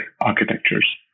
architectures